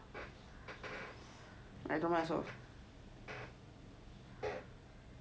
I don't want myself